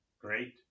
Great